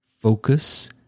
focus